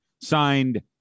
Signed